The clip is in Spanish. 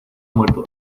muerto